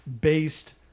based